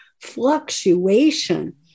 fluctuation